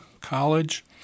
College